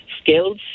skills